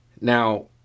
Now